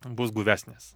bus guvesnis